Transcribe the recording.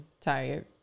tired